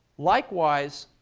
likewise,